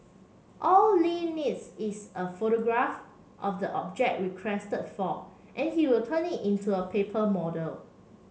all Li needs is a photograph of the object requested for and he will turn it into a paper model